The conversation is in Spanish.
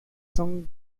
son